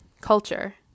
culture